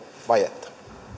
vajetta